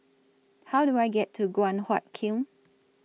How Do I get to Guan Huat Kiln